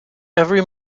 every